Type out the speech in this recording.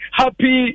happy